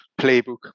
playbook